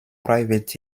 private